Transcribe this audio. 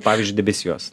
pavyzdžiui debesijos